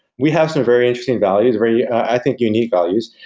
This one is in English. we have some very interesting values, very, i think, unique values.